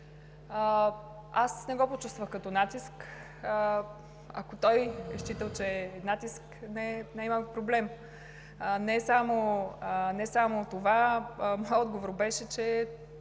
Не го почувствах като натиск. Ако той е считал, че е натиск, не е мой проблем. Не само това, моят отговор беше, че,